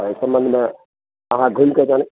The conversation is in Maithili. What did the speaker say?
एहि सम्बन्धमे अहाँ घुमि कऽ जान